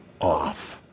off